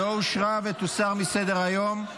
לא אושרה ותוסר מסדר-היום.